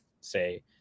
say